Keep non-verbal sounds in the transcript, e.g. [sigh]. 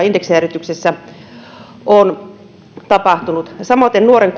[unintelligible] indeksijäädytyksessä on tapahtunut samoiten nuoren [unintelligible]